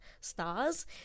stars